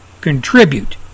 contribute